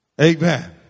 Amen